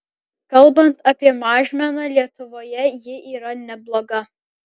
kalbant apie mažmeną lietuvoje ji yra nebloga